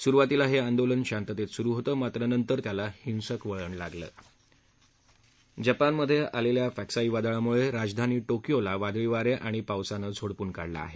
सुरुवातीला हे आंदोलन शांततेत सुरु होतं मात्र नंतर त्याला हिसक वळण लागलं जपानमध्ये आलेल्या फॅक्साई वादळामुळे राजधानी कियोला वादळी वारे आणि पावसानं झोडपून काढलं आहे